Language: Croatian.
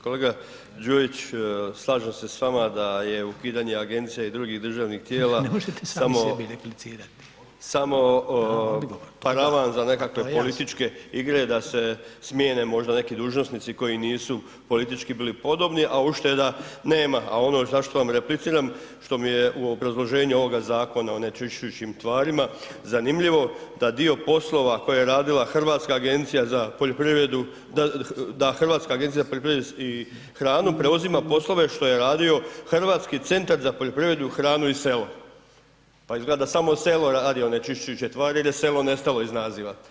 Kolega Đujić, slažem se s vama da je ukidanje agencija i drugih državnih tijela samo paravan za nekakve političke igre da se smijene možda neki dužnosnici koji nisu politički bili podobni, a ušteda nema, a ono za što vam repliciram što mi je u obrazloženju ovoga zakona o onečišćujućim tvarima zanimljivo da dio poslova koje je radila Hrvatska agencija za poljoprivredu, da Hrvatska agencija za poljoprivredu i hranu preuzima poslove što je radio Hrvatski centar za poljoprivredu, hranu i selo, pa izgleda da samo selo radi onečišćujuće tvari i da je selo nestalo iz naziva.